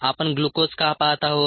आपण ग्लुकोज का पाहत आहोत